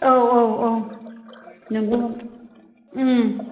औ औ औ नंगौ